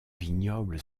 vignoble